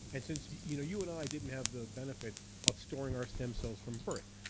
and since you know you and i didn't have the benefit of storing our stem cells from birth,